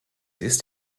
ist